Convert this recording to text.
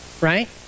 right